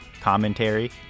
commentary